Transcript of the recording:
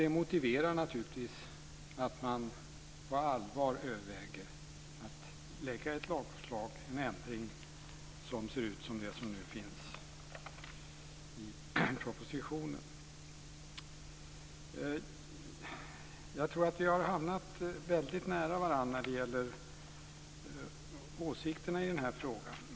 Det motiverar naturligtvis att på allvar överväga att lägga fram ett lagförslag, en ändring som ser ut som den som nu finns i propositionen. Jag tror att våra åsikter har hamnat väldigt nära varandra i den här frågan.